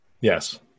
Yes